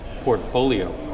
portfolio